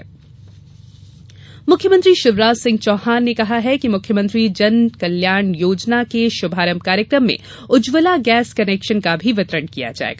CM समीक्षा मुख्यमंत्री शिवराज सिंह चौहान ने कहा है कि मुख्यमंत्री जन कल्याण योजना के शुभारंभ कार्यक्रम में उज्जवला गैस कनेक्शन का भी वितरण किया जाये